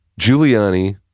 Giuliani